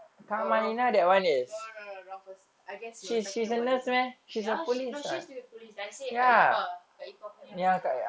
oh oh no no no no wrong person I guess you were talking about this one ya she no she used to be a police I say kak epah kak epah punya